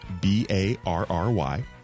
B-A-R-R-Y